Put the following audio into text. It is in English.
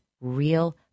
real